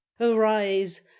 Arise